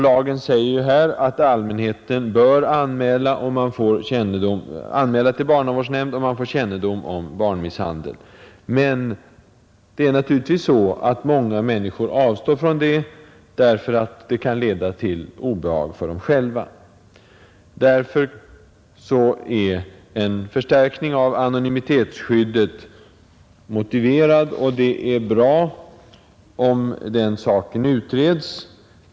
Lagen säger här att den som får kännedom om barnmisshandel bör anmäla detta till barnavårdsnämnden. Men naturligtvis avstår många människor från det, därför att det kan leda till obehag för dem själva. Därför är en förstärkning av anonymitetsskyddet motiverad, och det är bra om den saken utreds.